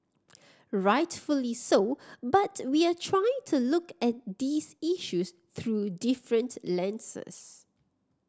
rightfully so but we are trying to look at these issues through different lenses